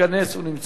הוא נמצא פה?